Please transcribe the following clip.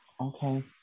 Okay